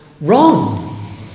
wrong